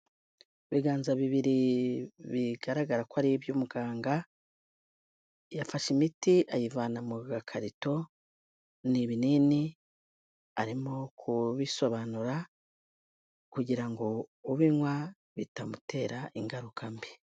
Ibiganza bibiri bigaragara ko ari ibyo umuganga, yafashe imiti ayivana mu gakarito, ni ibinini arimo kubisobanura, kugira ngo ubinywa bitamutera ingaruka mbi.